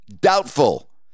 Doubtful